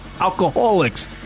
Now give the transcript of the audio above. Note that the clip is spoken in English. alcoholics